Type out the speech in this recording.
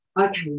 okay